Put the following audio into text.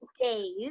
days